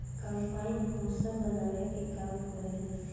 combine भूसा बानावे के काम करेला